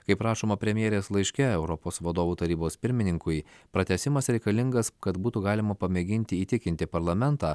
kaip rašoma premjerės laiške europos vadovų tarybos pirmininkui pratęsimas reikalingas kad būtų galima pamėginti įtikinti parlamentą